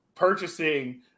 purchasing